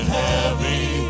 heavy